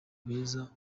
beza